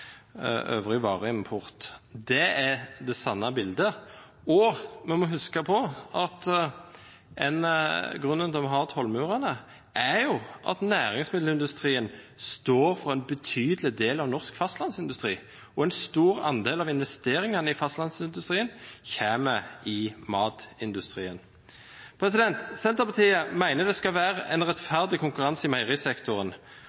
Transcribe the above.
Det er det sanne bildet. Vi må også huske på at grunnen til at vi har tollmurene, er jo at næringsmiddelindustrien står for en betydelig del av norsk fastlandsindustri, og en stor andel av investeringene i fastlandsindustrien kommer i matindustrien. Senterpartiet mener det skal være en rettferdig konkurranse i meierisektoren.